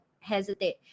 hesitate